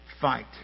fight